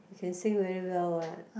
he can sing very well what